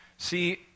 See